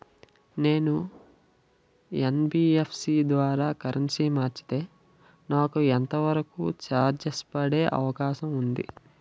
నేను యన్.బి.ఎఫ్.సి ద్వారా కరెన్సీ మార్చితే నాకు ఎంత వరకు చార్జెస్ పడే అవకాశం ఉంది?